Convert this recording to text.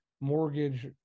mortgage